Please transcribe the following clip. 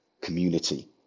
community